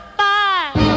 five